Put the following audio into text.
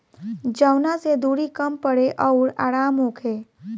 जवना से दुरी कम पड़े अउर आराम होखे